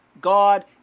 God